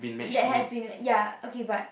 that have been like ya okay but